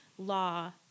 law